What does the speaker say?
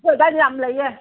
ꯑꯩꯈꯣꯏ ꯑꯗꯥꯏꯗ ꯌꯥꯝ ꯂꯩꯌꯦ